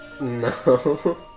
No